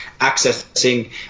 accessing